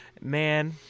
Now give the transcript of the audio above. Man